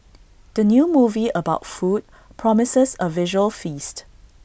the new movie about food promises A visual feast